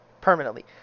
Permanently